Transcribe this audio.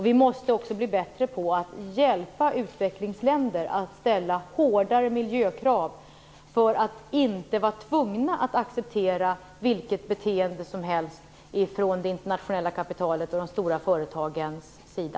Vi måste också bli bättre på att hjälpa utvecklingsländer med att ställa hårdare miljökrav för att inte vara tvungna att acceptera vilket beteende som helst från det internationella kapitalets och de stora företagens sida.